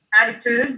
attitude